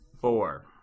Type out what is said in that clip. four